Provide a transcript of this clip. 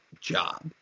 job